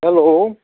hello